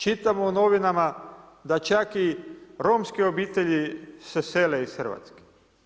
Čitam u novinama da čak i romske obitelji se sele iz Hrvatske.